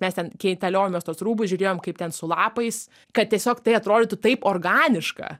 mes ten keitaliojomės tuos rūbus žiūrėjom kaip ten su lapais kad tiesiog tai atrodytų taip organiška